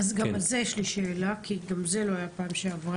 גם על זה יש לי שאלה כי גם זה לא היה בפעם שעברה.